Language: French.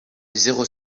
zéro